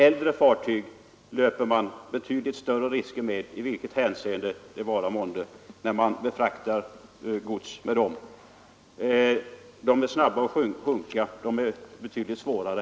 Äldre fartyg löper man betydligt större risker med, i vilket hänseende det än vara månde.